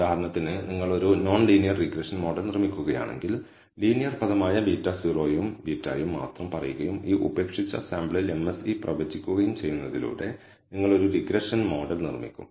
ഉദാഹരണത്തിന് നിങ്ങൾ ഒരു നോൺ ലീനിയർ റിഗ്രഷൻ മോഡൽ നിർമ്മിക്കുകയാണെങ്കിൽ ലീനിയർ പദമായ β0 ഉം β ഉം മാത്രം പറയുകയും ഈ ഉപേക്ഷിച്ച സാമ്പിളിൽ MSE പ്രവചിക്കുകയും ചെയ്യുന്നതിലൂടെ നിങ്ങൾ ഒരു റിഗ്രഷൻ മോഡൽ നിർമ്മിക്കും